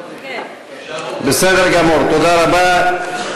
איציק שמולי, עמר בר-לב,